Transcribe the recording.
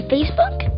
Facebook